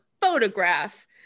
photograph